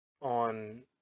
on